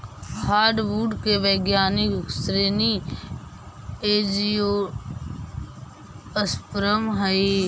hardwood के जैविक श्रेणी एंजियोस्पर्म हइ